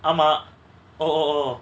ஆமா:aama oh oh